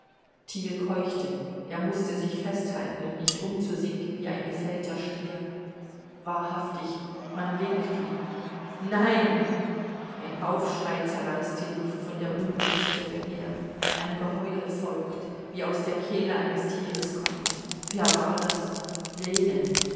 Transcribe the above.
keuchte er mußte sich festhalten um nicht umzusinken wie ein gefällter stier wahrhaftig man winkt ihm nein ein aufschrei zerreißt die luft von der unglücksstelle her ein geheul folgt wie aus der kehle eines tieres kommend wer war das